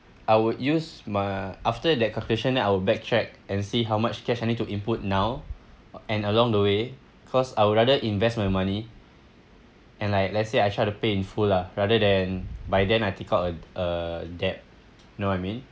I would use ma~ after that calculation then I would back track and see how much cash I need to input now and along the way cause I would rather invest my money and like let's say I try to pay in full lah rather than by then I take out uh a debt you know what I mean